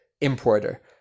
importer